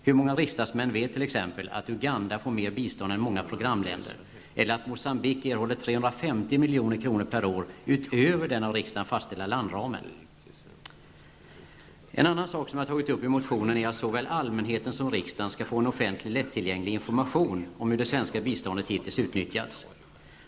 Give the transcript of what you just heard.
Hur många riksdagsmän vet t.ex att Uganda får mera bistånd än många programländer eller att Moçambique erhåller 350 En annan sak som jag tagit upp i motionen är att såväl allmänheten som riksdagen skall få en offentlig, lättillgänglig information om hur det svenska biståndet hittills utnyttjats.